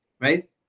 right